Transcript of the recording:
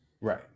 right